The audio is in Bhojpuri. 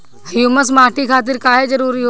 ह्यूमस माटी खातिर काहे जरूरी होला?